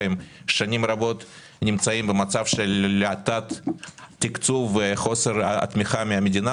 שנים רבות נמצאים במצב של תת-תקצוב וחוסר תמיכה מהמדינה,